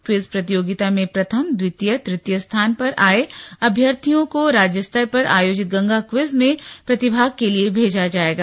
quiz प्रतियोगिता में प्रथम द्वितीय तृतीय स्थान पर आये अभ्यर्थियों को राज्य स्तर पर आयोजित गंगा क्विज में प्रतिभाग के लिए भेजा जायेगा